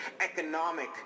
economic